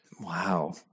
Wow